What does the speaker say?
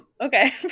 Okay